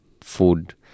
food